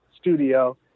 studio